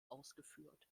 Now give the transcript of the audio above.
ausgeführt